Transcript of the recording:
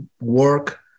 work